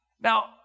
Now